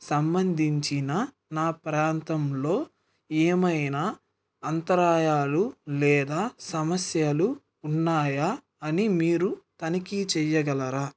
సంబంధించిన నా ప్రాంతంలో ఏమైనా అంతరాయాలు లేదా సమస్యలు ఉన్నాయా అని మీరు తనిఖీ చెయ్యగలరా